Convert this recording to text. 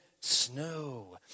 snow